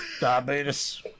diabetes